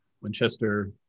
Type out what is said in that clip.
Winchester